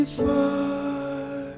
far